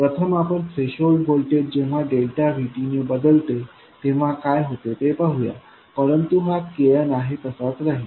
प्रथम आपण threshold voltage जेव्हा डेल्टा VTने बदलते तेव्हा काय होते ते पाहूया परंतु हा Knआहे तसाच राहील